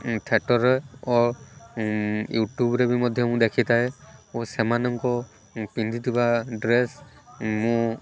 theatre ରେ ଓ YouTube ରେ ବି ମଧ୍ୟ ମୁଁ ଦେଖିଥାଏ ଓ ସେମାନଙ୍କୁ ପିନ୍ଧିଥିବା ଡ୍ରେସ୍ ମୁଁ